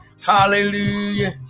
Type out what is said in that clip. Hallelujah